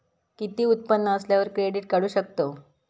किती उत्पन्न असल्यावर क्रेडीट काढू शकतव?